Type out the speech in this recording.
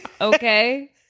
Okay